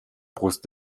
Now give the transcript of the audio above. brust